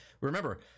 remember